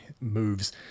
moves